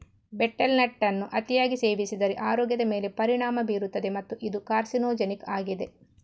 betel nut ಅನ್ನು ಅತಿಯಾಗಿ ಸೇವಿಸಿದರೆ ಆರೋಗ್ಯದ ಮೇಲೆ ಪರಿಣಾಮ ಬೀರುತ್ತದೆ ಮತ್ತು ಇದು ಕಾರ್ಸಿನೋಜೆನಿಕ್ ಆಗಿದೆ